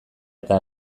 eta